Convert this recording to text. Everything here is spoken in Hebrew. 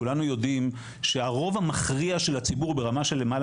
כולנו יודעים שהרוב המכריע של הציבור ברמה של למעלה